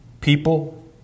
people